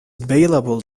available